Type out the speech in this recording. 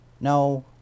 No